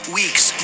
weeks